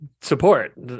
support